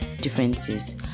differences